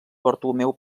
bartomeu